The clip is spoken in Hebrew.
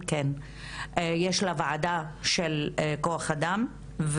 יש לה גם ועדה של כוח אדם.